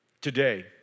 Today